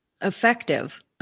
Effective